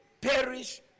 perish